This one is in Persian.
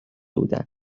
بودن